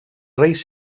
reis